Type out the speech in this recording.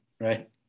right